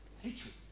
hatred